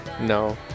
No